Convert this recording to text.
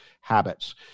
habits